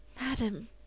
Madam